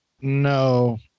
No